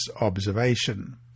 observation